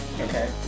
Okay